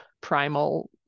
primal